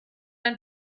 ein